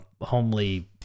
homely